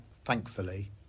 thankfully